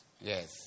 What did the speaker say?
Yes